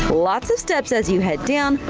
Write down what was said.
lots of steps as you head down,